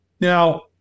Now